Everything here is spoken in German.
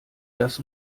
das